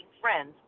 friends